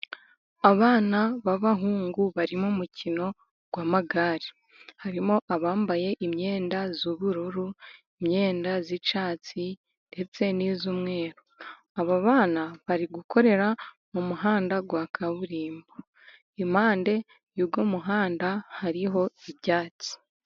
Abana b'abahungu bari mu mukino w'amagare. Harimo abambaye imyenda z'ubururu, imyenda z'icyatsi ndetse n'iy'umweru. Aba bana bari gukorera mu muhanda wa kaburimbo. Impande y'uwo muhanda hariho ibyatsi.